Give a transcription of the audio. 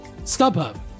StubHub